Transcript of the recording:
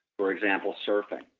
for example, surfing.